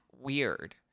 weird